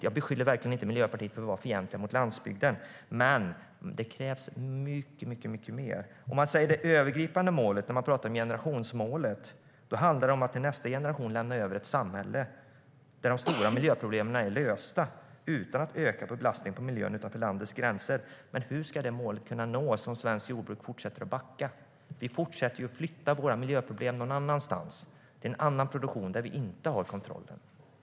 Jag beskyller verkligen inte Miljöpartiet för att vara fientligt mot landsbygden, men det krävs mycket mer. Det övergripande målet när det handlar om generationsmålet är att till nästa generation lämna över ett samhälle där de stora miljöproblemen är lösta utan att öka belastningen på miljön utanför landets gränser. Hur ska det målet kunna nås om svenskt jordbruk fortsätter att backa? Vi fortsätter ju att flytta våra miljöproblem någon annanstans, till en annan produktion där vi inte har kontroll.